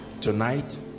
tonight